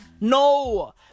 No